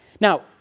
Now